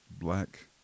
black